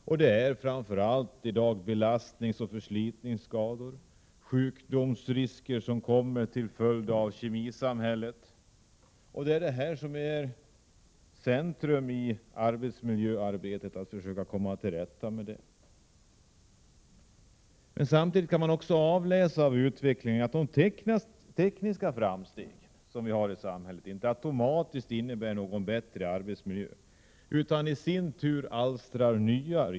Det gäller i dag framför allt belastningsoch förslitningsskador samt sjukdomsrisker som uppstår till följd av kemisamhället. Det centrala i arbetsmiljöarbetet går ut på att komma till rätta med dessa problem. Samtidigt kan man se att de tekniska framstegen i samhället inte automatiskt innebär någon bättre arbetsmiljö utan alstrar i sin tur nya risker.